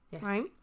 right